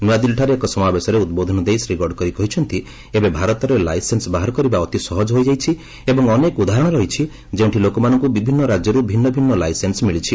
ନ୍ତଆଦିଲ୍ଲୀଠାରେ ଏକ ସମାବେଶରେ ଉଦ୍ବୋଧନ ଦେଇ ଶ୍ରୀ ଗଡ଼କରୀ କହିଛନ୍ତି ଏବେ ଭାରତରେ ଲାଇସେନ୍ସ ବାହାର କରିବା ଅତି ସହଜ ହୋଇଯାଇଛି ଏବଂ ଅନେକ ଉଦାହରଣ ରହିଛି ଯେଉଁଠି ଲୋକମାନଙ୍କୁ ବିଭିନ୍ନ ରାଜ୍ୟରୁ ଭିନ୍ନଭିନ୍ନ ଲାଇସେନ୍ସ ମିଳିଛି